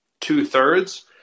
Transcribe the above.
two-thirds